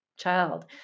Child